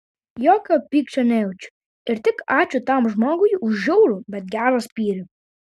jokio pykčio nejaučiu ir tik ačiū tam žmogui už žiaurų bet gerą spyrį